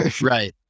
Right